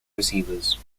receivers